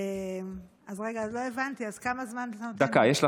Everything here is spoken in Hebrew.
יש לך דקה.